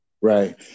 Right